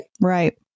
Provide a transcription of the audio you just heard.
Right